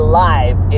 live